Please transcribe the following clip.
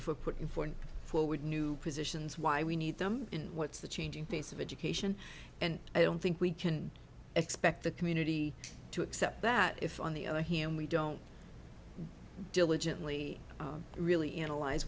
for putting forth forward new positions why we need them and what's the changing face of education and i don't think we can expect the community to accept that if on the other hand we don't diligently really analyze